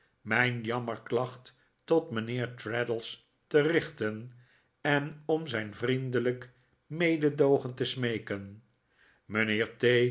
miin jammerklacht tot mijnheer traddles te richten en om zijn vriendelijk mededoogen te smeeken